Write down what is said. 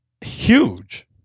huge